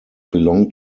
belong